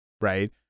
Right